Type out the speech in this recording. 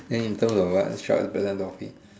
and in terms of what short is better no fit